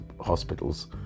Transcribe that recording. hospitals